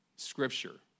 scripture